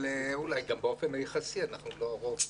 באופן יחסי אנחנו לא הרוב.